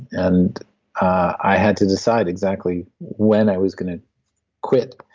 and i had to decide exactly when i was going to quit.